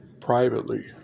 privately